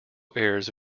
airs